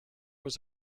was